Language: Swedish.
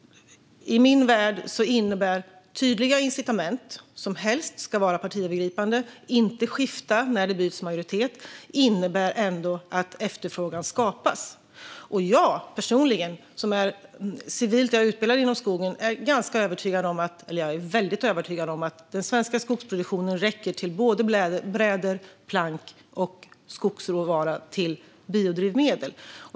I min värld innebär tydliga incitament, som helst ska vara partiövergripande och inte skifta när det byts majoritet, att efterfrågan skapas. Jag personligen, som är utbildad inom skogen, är övertygad om att den svenska skogsproduktionen räcker till bräder, plank och skogsråvara till biodrivmedel.